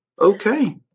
Okay